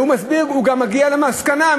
והוא מסביר והוא גם מגיע למסקנה,